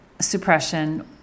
suppression